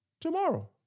tomorrow